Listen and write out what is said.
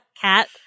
cat